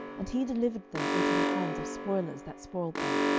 and he delivered them into the hands of spoilers that spoiled them,